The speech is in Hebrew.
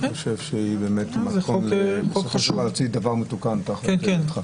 אני חושב שבאמת יוציא דבר מתוקן תחת ידך.